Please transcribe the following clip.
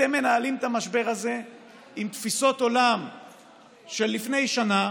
אתם מנהלים את המשבר הזה עם תפיסות עולם של לפני שנה,